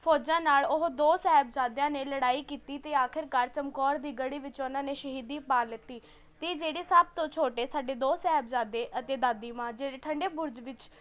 ਫੌਜ਼ਾਂ ਨਾਲ ਉਹ ਦੋ ਸਾਹਿਬਜ਼ਾਦਿਆ ਨੇ ਲੜਾਈ ਕੀਤੀ ਅਤੇ ਆਖਿਰਕਾਰ ਚਮਕੌਰ ਦੀ ਗੜੀ ਵਿੱਚ ਉਹਨਾਂ ਨੇ ਸ਼ਹੀਦੀ ਪਾ ਲਿੱਤੀ ਅਤੇ ਜਿਹੜੇ ਸਭ ਤੋਂ ਛੋਟੇ ਸਾਡੇ ਦੋ ਸਾਹਿਬਜ਼ਾਦੇ ਅਤੇ ਦਾਦੀ ਮਾਂ ਜਿਹੜੇ ਠੰਢੇ ਬੁਰਜ ਵਿੱਚ